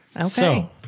Okay